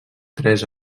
tres